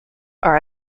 are